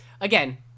again